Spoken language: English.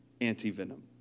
antivenom